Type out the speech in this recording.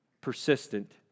persistent